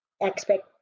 expect